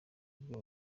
ibyo